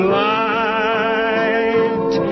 light